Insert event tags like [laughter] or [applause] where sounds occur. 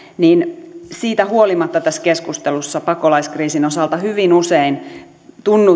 niin siitä huolimatta tässä keskustelussa pakolaiskriisin osalta hyvin usein tuntuu [unintelligible]